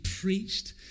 preached